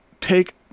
take